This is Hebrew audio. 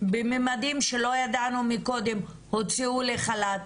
במימדים שלא ידענו מקודם הוצאו לחל"ת.